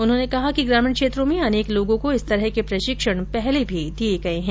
उन्होंने कहा कि ग्रामीण क्षेत्रों में अनेक लोगों को इस तरह के प्रशिक्षण पहले भी दिये गये हैं